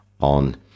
on